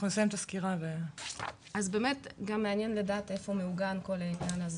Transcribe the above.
אז באמת גם מעניין לדעת איפה מעוגן כל העניין הזה.